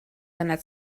seiner